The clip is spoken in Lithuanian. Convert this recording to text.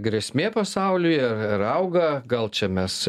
grėsmė pasauliui ar auga gal čia mes